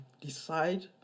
decide